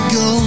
go